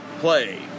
play